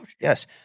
Yes